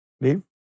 leave